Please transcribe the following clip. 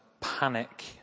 panic